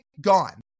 gone